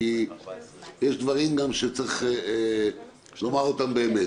כי יש דברים שצריך לומר אותם באמת.